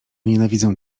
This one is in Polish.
nienawidzę